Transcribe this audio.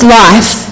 life